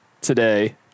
today